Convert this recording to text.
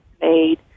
made